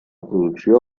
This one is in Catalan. producció